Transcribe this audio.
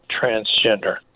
transgender